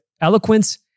eloquence